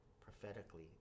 prophetically